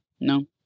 No